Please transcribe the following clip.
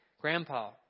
grandpa